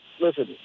Listen